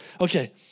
okay